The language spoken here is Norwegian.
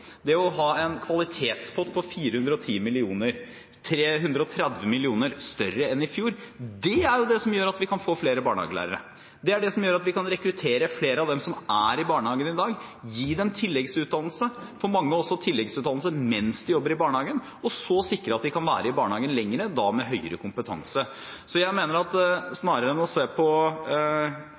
Det å ha en kvalitetspott på 410 mill. kr, 330 mill. kr mer enn i fjor, det er jo det som gjør at vi kan få flere barnehagelærere. Det er det som gjør at vi kan rekruttere flere av dem som er i barnehagene i dag, gi dem tilleggsutdannelse – for mange tilleggsutdannelse mens de jobber i barnehagen – og så sikre at de kan være i barnehagen lenger, og da med høyere kompetanse. Så jeg mener at snarere enn å se